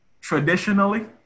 traditionally